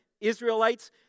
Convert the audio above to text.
Israelites